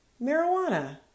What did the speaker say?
marijuana